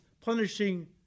punishing